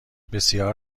بسیار